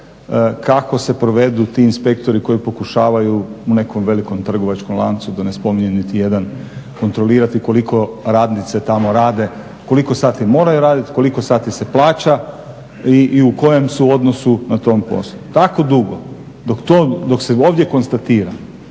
kako se provedu ti inspektori koji pokušavaju u nekom velikom trgovačkom lancu da ne spominjem niti jedan kontrolirati koliko radnice tamo rade, koliko sati moraju raditi, koliko sati se plaća i u kojem su odnosnu na tom poslu. Tako dugo dok to, dok se ovdje konstatira